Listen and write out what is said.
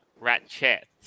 Ratchet